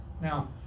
Now